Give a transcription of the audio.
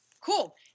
Cool